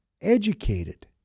educated